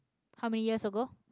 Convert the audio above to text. how many years ago